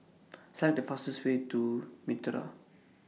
Select The fastest Way to Mitraa